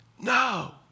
No